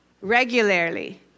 regularly